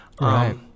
Right